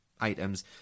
items